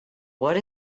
what